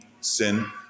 sin